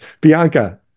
Bianca